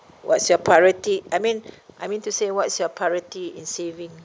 what's your priority I mean I mean to say what's your priority in saving